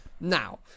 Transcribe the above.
now